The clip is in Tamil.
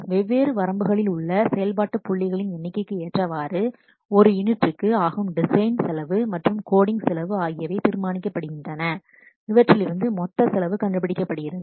வெவ்வேறு வரம்புகளில் உள்ள செயல்பாட்டு புள்ளிகளின் எண்ணிக்கைக்கு ஏற்றவாறு ஒரு யூனிட்டுக்கு ஆகும் டிசைன் செலவு மற்றும் கோடிங் செலவு ஆகியவை தீர்மானிக்கப்படுகின்றன இவற்றிலிருந்து மொத்த செலவு கண்டுபிடிக்கப்படுகிறது